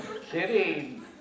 Kidding